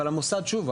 אבל שוב,